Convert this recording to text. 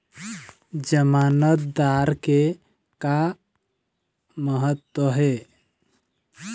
जमानतदार के का महत्व हे?